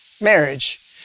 marriage